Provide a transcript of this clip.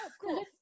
Cool